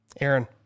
Aaron